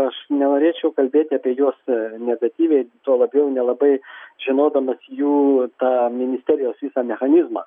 aš nenorėčiau kalbėti apie juos negatyviai tuo labiau nelabai žinodamas jų tą ministerijos visą mechanizmą